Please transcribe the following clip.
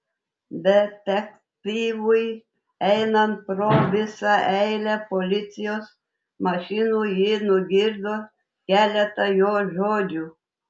detektyvui einant pro visą eilę policijos mašinų ji nugirdo keletą jo žodžių